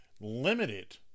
limited